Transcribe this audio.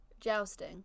Jousting